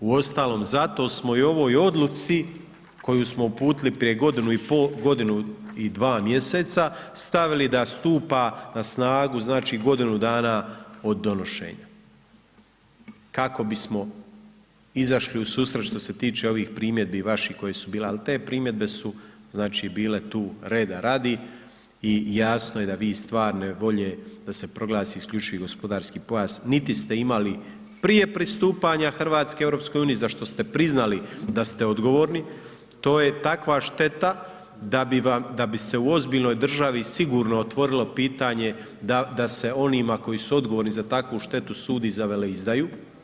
Uostalom, zato smo i u ovoj odluci koju smo uputili prije godinu i pol, godinu i 2 mjeseca, stavili da stupa na snagu, znači, godinu dana od donošenja kako bismo izašli u susret, što se tiče ovih primjedbi vaših koje su bile, ali te primjedbe su znači bile tu reda radi i jasno je da vi stvarne volje da se proglasi IGP niti ste imali prije pristupanja Hrvatske EU, za što ste priznali da se odgovorni, to je takva šteta da bi se u ozbiljnoj državi sigurno otvorilo pitanje da se onima koji su odgovorni za takvu štetu sudi za veleizdaju.